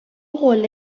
قله